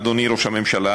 אדוני ראש הממשלה?